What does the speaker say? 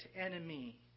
enemy